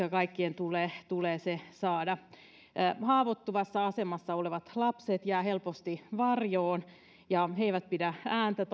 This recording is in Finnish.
ja kaikkien tulee tulee se saada haavoittuvassa asemassa olevat lapset jäävät helposti varjoon ja he eivät pidä ääntä